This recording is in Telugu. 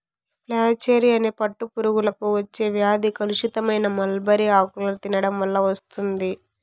ఫ్లాచెరీ అనే పట్టు పురుగులకు వచ్చే వ్యాధి కలుషితమైన మల్బరీ ఆకులను తినడం వల్ల వస్తుంది